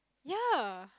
ya